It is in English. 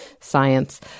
science